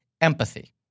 empathy